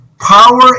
power